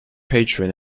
patron